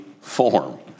form